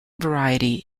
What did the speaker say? variety